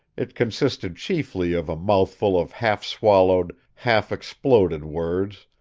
it consisted chiefly of a mouthful of half-swallowed, half-exploded words,